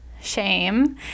Shame